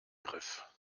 griff